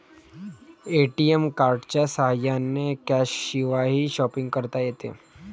ATM कार्डच्या साह्याने कॅशशिवायही शॉपिंग करता येते